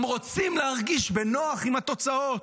הם רוצים להרגיש בנוח עם התוצאות.